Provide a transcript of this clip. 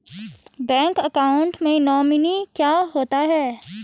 Bank account में nominee क्या होता है?